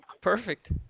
perfect